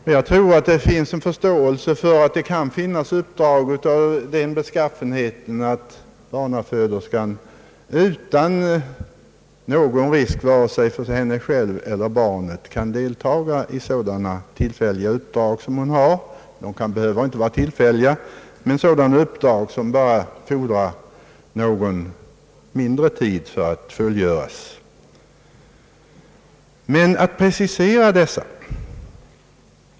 Jag tror att det finns förståelse för att det kan finnas uppdrag av sådan beskaffenhet att barnaföderskan utan någon risk vare sig för henne själv eller barnet kan åta sig dylika tillfälliga uppdrag. Det behöver kanske inte vara direkt tillfälliga uppdrag men dock sådana som bara fordrar mindre tid för att fullgöras. Men hur skall detta preciseras?